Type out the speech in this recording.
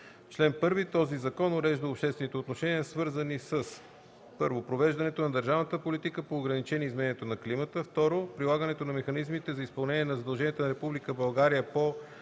„Чл. 1. Този закон урежда обществените отношения, свързани със: 1. провеждането на държавната политика по ограничаване изменението на климата; 2. прилагането на механизмите за изпълнение на задълженията на